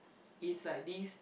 it's like this